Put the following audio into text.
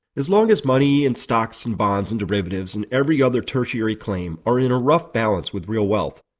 as long as money, and stocks, and bonds, and derivatives and every other tertiary claim, are in a rough balance with real wealth,